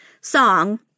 song